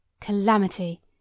Calamity